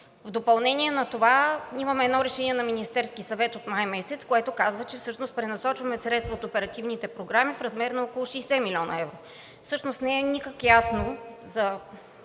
В допълнение на това имаме едно решение на Министерския съвет от май месец, което казва, че всъщност пренасочваме средства от оперативните програми в размер на около 60 млн. евро. Всъщност не е никак ясно за